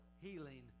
healing